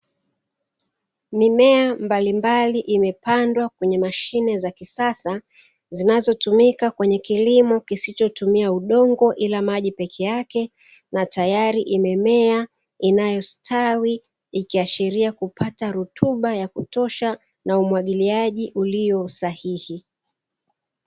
Mimea mbalimbali imepandwa kwenye mashine za kisasa, zinazotumika kwenye kilimo kisichotumia udongo ila maji peke yake, na tayari imemea inayostawi, ikiashiria kupata rutuba ya kutosha, na umwagiliaji uliyo sahihi.